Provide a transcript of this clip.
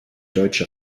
deutsche